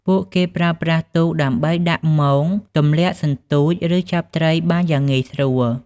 ពួកគេប្រើប្រាស់ទូកដើម្បីដាក់មង ទម្លាក់សន្ទូច ឬចាប់ត្រីបានយ៉ាងងាយស្រួល។